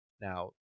Now